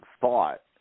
thought